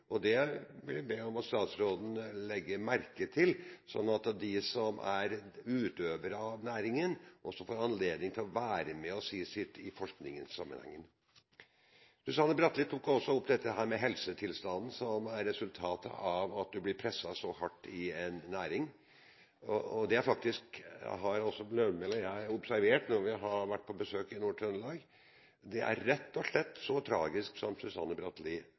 og det må jeg be om at statsråden legger merke til, sånn at de som er utøvere av næringen, også får anledning til å være med og si sitt i forskningssammenheng. Susanne Bratli tok også opp helsetilstanden, som er resultatet av at man blir presset så hardt i en næring. Det har også representanten Lødemel og jeg observert når vi har vært på besøk i Nord-Trøndelag. Det er rett og slett så tragisk som Susanne Bratli